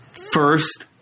first